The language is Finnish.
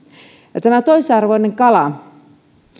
ja tämä toisarvoinen kala